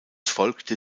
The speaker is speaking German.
folgte